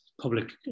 public